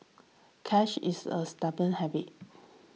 cash is a stubborn habit